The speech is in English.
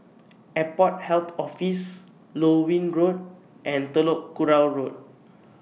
Airport Health Office Loewen Road and Telok Kurau Road